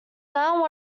now